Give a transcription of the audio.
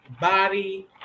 body